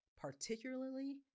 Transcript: particularly